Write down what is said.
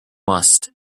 must